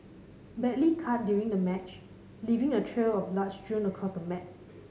badly cut during the match leaving a trail of blood strewn across the mat